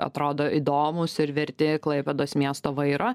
atrodo įdomūs ir verti klaipėdos miesto vairo